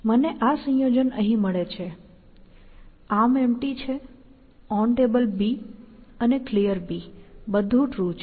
મને આ સંયોજન અહીં મળે છે ArmEmpty છે OnTable અને Clear બધું ટ્રુ છે